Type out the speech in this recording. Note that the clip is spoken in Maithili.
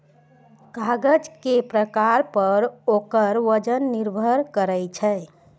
कागज के प्रकार पर ओकर वजन निर्भर करै छै